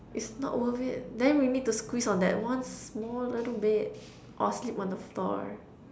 it's not worth it then we need to squeeze on that one small little bed or sleep on the floor